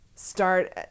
Start